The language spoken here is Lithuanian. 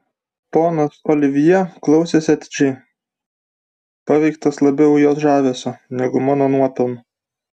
ponas olivjė klausėsi atidžiai paveiktas labiau jos žavesio negu mano nuopelnų